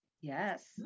Yes